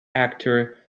actor